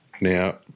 Now